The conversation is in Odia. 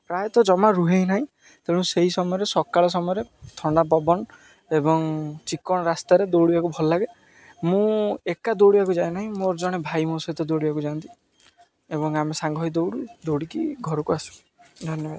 ପ୍ରାୟତଃ ଜମା ରୁହେ ହିଁ ନାହିଁ ତେଣୁ ସେଇ ସମୟରେ ସକାଳ ସମୟରେ ଥଣ୍ଡା ପବନ ଏବଂ ଚିକ୍କଣ ରାସ୍ତାରେ ଦୌଡ଼ିବାକୁ ଭଲ ଲାଗେ ମୁଁ ଏକା ଦୌଡ଼ିବାକୁ ଯାଏ ନାହିଁ ମୋର ଜଣେ ଭାଇ ମୋ ସହିତ ଦୌଡ଼ିବାକୁ ଯାଆନ୍ତି ଏବଂ ଆମେ ସାଙ୍ଗ ହୋଇ ଦୌଡ଼ୁ ଦୌଡ଼ିକି ଘରକୁ ଆସୁ ଧନ୍ୟବାଦ